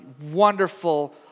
wonderful